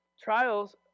trials